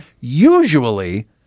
usually